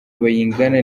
bayingana